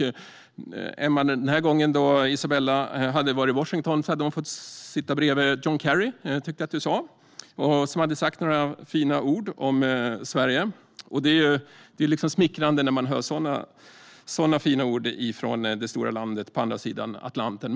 När Isabella var i Washington hade hon fått sitta bredvid John Kerry, tyckte jag att Emma sa, som hade sagt några fina ord om Sverige. Det är smickrande när man hör fina ord från det stora landet på andra sidan Atlanten.